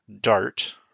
Dart